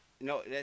No